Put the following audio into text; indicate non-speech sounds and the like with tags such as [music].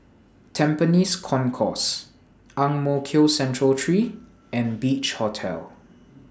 Tampines Concourse Ang Mo Kio Central [unintelligible] three and Beach Hotel